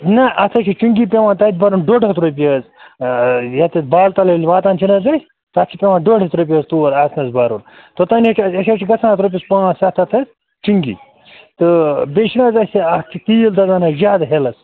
نَہ اَتھ حظ چھِ چُنٛگی پٮ۪وان تَتہِ بَرُن ڈۄڈ ہَتھ رۄپیہِ حظ یَتَتھ بالتَل ییٚلہِ واتان چھِنہٕ حظ أسۍ تَتھ چھِ پٮ۪وان ڈۄڈ ہَتھ رۄپیہِ حظ تور اَژنَس بَرُن توٚتام حظ چھِ اَسہِ اَسہِ حظ چھِ گژھان رۄپیَس پانٛژھ سَتھ ہَتھ حظ چِنٛگی تہٕ بیٚیہِ چھِنہٕ حظ اَسہِ اَتھ چھُ تیٖل دَزان حظ زیادٕ ہِلَس